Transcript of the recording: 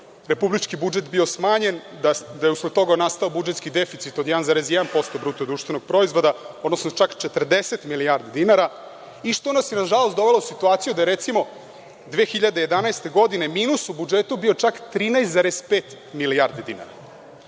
republički budžet bio smanjen, da je usled toga nastao budžetski deficit od 1,1% BDP, odnosno čak 40 milijardi dinara, što nas je nažalost dovelo u situaciju da je, recimo, 2011. godine minus u budžetu bio čak 13,5 milijardi dinara.